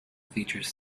features